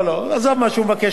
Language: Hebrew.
עזוב מה שהוא מבקש.